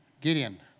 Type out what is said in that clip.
Gideon